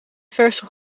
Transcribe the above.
verse